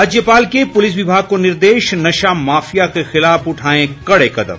राज्यपाल के पुलिस विभाग को निर्देश नशा माफिया के खिलाफ उठाएं कड़े कदम